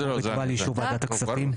יבוא 'תובא לאישור ועדת הכספים'.